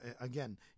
again